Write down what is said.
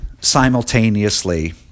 simultaneously